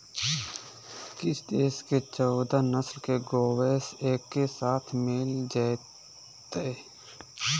केंद्र में देश के चौदह नस्ल के गोवंश एके साथ मिल जयतय